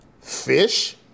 fish